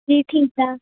ਜੀ ਠੀਕ ਆ